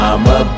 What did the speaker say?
I'ma